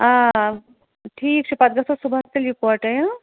آ ٹھیٖک چھُ پَتہٕ گژھو صُبحن تیٚلہِ یِکوٹَے